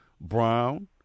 Brown